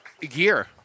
gear